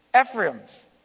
Ephraim's